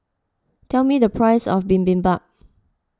tell me the price of Bibimbap